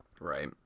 Right